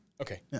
Okay